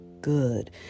good